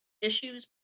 issues